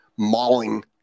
mauling